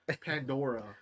pandora